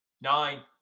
nine